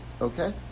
okay